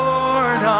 Lord